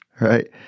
right